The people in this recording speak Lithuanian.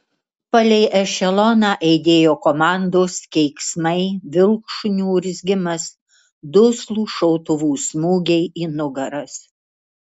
palei ešeloną aidėjo komandos keiksmai vilkšunių urzgimas duslūs šautuvų smūgiai į nugaras